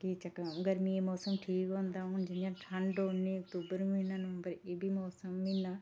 कि जदूं गर्मियें मौसम ठीक होंदा हून जियां ठंड होनी अक्तूबर नवंबर एहबी मौसम